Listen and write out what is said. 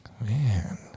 Man